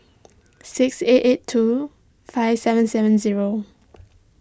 six eight eight two five seven seven zero